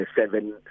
seven